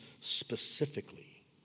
specifically